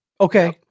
Okay